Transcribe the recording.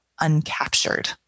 uncaptured